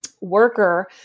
worker